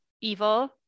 evil